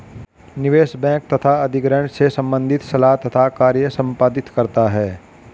निवेश बैंक तथा अधिग्रहण से संबंधित सलाह तथा कार्य संपादित करता है